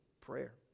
prayer